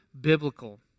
biblical